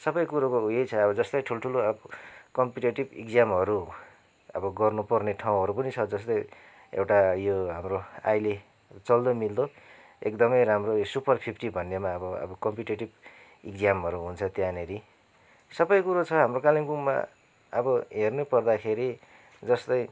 सबै कुरोको उयो छ अब जस्तै ठुल्ठुलो अब कम्पिटेटिभ इक्जामहरू अब गर्नुपर्ने ठाउँहरू पनि छ जस्तै एउटा यो हाम्रो अहिले चल्दोमिल्दो एकदमै राम्रो यो सुपर फिफ्टी भन्नेमा अब अब कम्पिटेटिभ इक्जामहरू हुन्छ त्यहाँनिर सबै कुरो छ हाम्रो कालिम्पोङमा अब हेर्नै पर्दाखेरि जस्तै